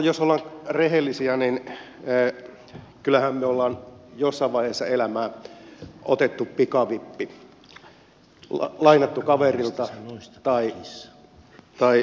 jos ollaan rehellisiä niin kyllähän me olemme jossain vaiheessa elämää ottaneet pikavipin on lainattu kaverilta tai ystäväpiiristä